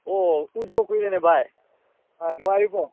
ꯑꯣ ꯎꯗꯕ ꯀꯨꯏꯔꯦꯅꯦ ꯚꯥꯏ ꯑꯥꯏ ꯅꯨꯡꯉꯥꯏꯔꯤꯕꯣ